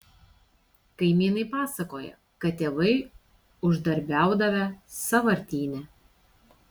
kaimynai pasakoja kad tėvai uždarbiaudavę sąvartyne